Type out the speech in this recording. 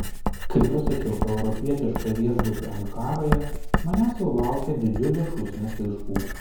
kai pasiekiau europietišką viešbutį ankaroje manęs jau laukė didžiulė šūsnis laiškų